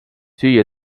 süüa